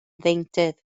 ddeintydd